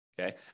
Okay